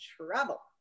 trouble